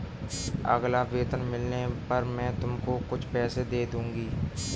अगला वेतन मिलने पर मैं तुमको कुछ पैसे दे दूँगी